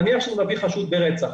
נניח שנביא חשוד ברצח